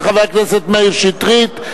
של חבר הכנסת מאיר שטרית,